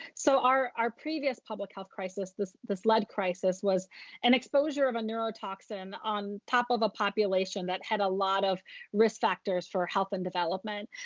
so, our our previous public health crisis, the the flood crisis, was an exposure of a neurotoxin on top of a population that had a lot of risk factors for health and development.